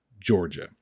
Georgia